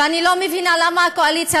ואני לא מבינה למה הקואליציה,